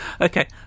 Okay